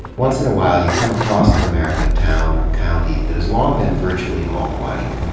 once in awhile you come across an american town or county that has long been virtually all white,